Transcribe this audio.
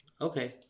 Okay